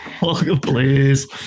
Please